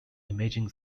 imaging